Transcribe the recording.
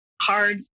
Hard